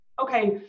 Okay